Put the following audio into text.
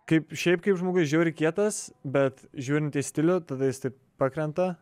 kaip šiaip kaip žmogus žiauriai kietas bet žiūrint į stilių tada jis taip pakrenta